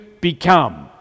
become